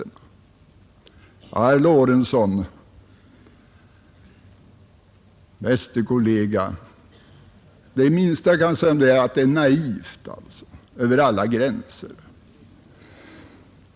Ja, herr Lorentzon, det minsta jag kan säga om detta är att det är naivt över alla gränser.